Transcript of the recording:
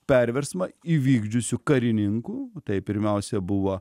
perversmą įvykdžiusių karininkų tai pirmiausia buvo